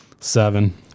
Seven